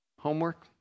Homework